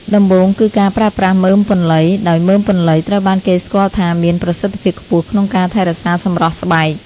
ដំបូងគឺការប្រើប្រាស់មើមពន្លៃ ដោយមើមពន្លៃ ត្រូវបានគេស្គាល់ថាមានប្រសិទ្ធភាពខ្ពស់ក្នុងការថែរក្សាសម្រស់ស្បែក។